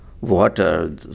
water